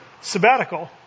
sabbatical